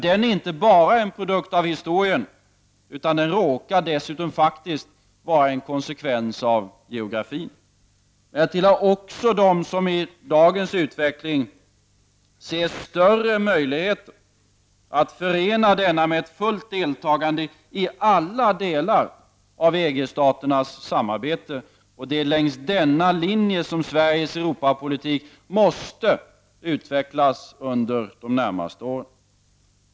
Den är inte bara en produkt av historien, utan den råkar dessutom vara en konsekvens av geografin. Men jag tillhör också dem som i dagens utveckling ser större möjligheter att förena denna med ett fullt deltagande i alla delar av EG-staternas samarbete. Det är längs denna linje som Sveriges Europapolitik måste utvecklas under de närmaste åren.